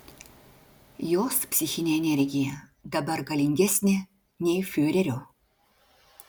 jos psichinė energija dabar galingesnė nei fiurerio